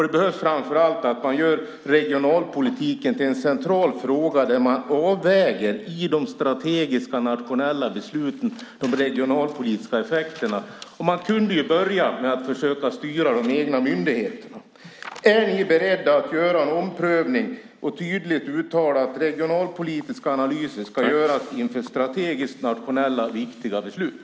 Det behövs framför allt att man gör regionalpolitiken till en central fråga där man avväger i de strategiska nationella besluten de regionalpolitiska effekterna. Man kunde börja med att försöka styra de egna myndigheterna. Är ni beredda att göra en omprövning och tydligt uttala att regionalpolitiska analyser ska göras inför strategiskt nationellt viktiga beslut?